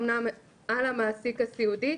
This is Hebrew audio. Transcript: אמנם על המעסיק הסיעודי,